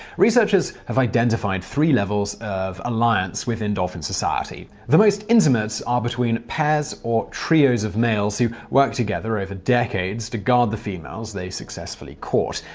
researchers have identified three levels of alliance within dolphin society. the most intimate are between pairs or trios of males who work together over decades to guard the females they successfully court.